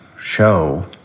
show